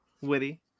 witty